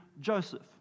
Joseph